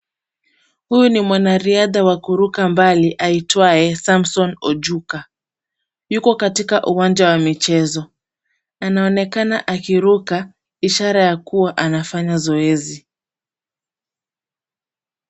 Huyu ni mwanariadha wa kuruka mbali aitwaye Samson Ojuka. Yuko katika uwanja wa michezo. Anaonekana akiruka, ishara ya kuwa anafanya zoezi.